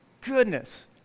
goodness